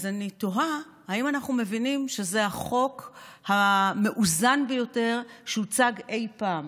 אז אני תוהה אם אנחנו מבינים שזה החוק המאוזן ביותר שהוצג אי פעם.